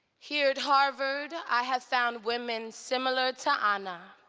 here at harvard, i have found women similar to ana,